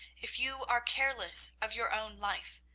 if you are careless of your own life,